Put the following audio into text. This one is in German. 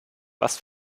was